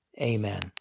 Amen